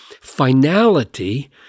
finality